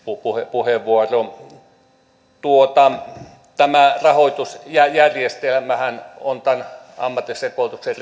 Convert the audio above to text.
puheenvuoro tämä rahoitusjärjestelmähän on tämän ammatillisen koulutuksen